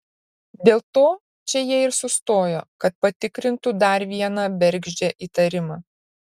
dėl to čia jie ir sustojo kad patikrintų dar vieną bergždžią įtarimą